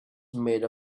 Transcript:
made